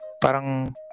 Parang